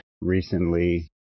recently